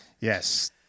Yes